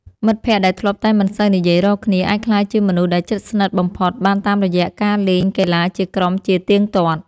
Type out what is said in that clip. មិត្តភក្តិដែលធ្លាប់តែមិនសូវនិយាយរកគ្នាអាចក្លាយជាមនុស្សដែលជិតស្និទ្ធបំផុតបានតាមរយៈការលេងកីឡាជាក្រុមជាទៀងទាត់។